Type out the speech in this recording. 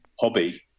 hobby